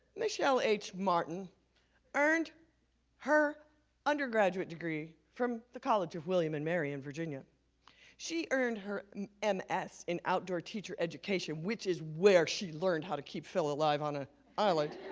michelle h martin earned her undergraduate degree from the college of william and mary in virginia she earned her and ms in outdoor teacher education, which is where she learned how to keep fill alive on a island